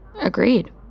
Agreed